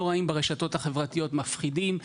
מפחידים,